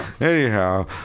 anyhow